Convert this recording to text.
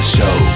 show